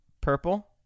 purple